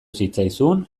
zitzaizun